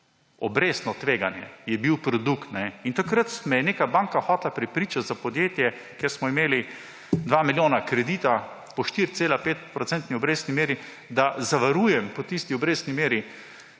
obrestno tveganje bil produkt in takrat me je neka banka hotela prepričati za podjetje, ker smo imeli 2 milijona kredita po 4,5-procentni obrestni meri, da zavarujem po tisti obrestni meri